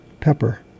Pepper